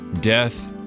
death